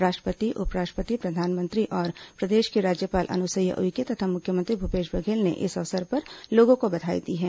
राष्ट्रपति उपराष्ट्रपति प्रधानमंत्री और प्रदेश की राज्यपाल अनुसुईया उइके तथा मुख्यमंत्री भूपेश बघेल ने इस अवसर पर लोगों को बधाई दी है